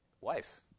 wife